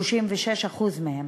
36% מהן.